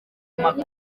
ntago